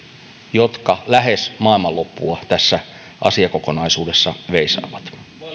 jotka lähes maailmanloppua tässä asiakokonaisuudessa veisaavat